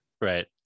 Right